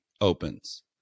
opens